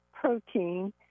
protein